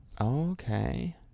Okay